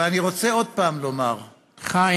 ואני רוצה עוד פעם לומר, חיים.